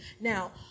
Now